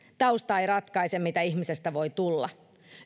tausta ei ratkaise mitä ihmisestä voi tulla